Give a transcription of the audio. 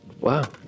Wow